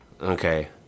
Okay